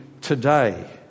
today